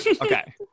Okay